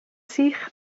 sych